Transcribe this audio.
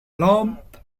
lump